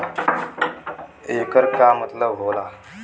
येकर का मतलब होला?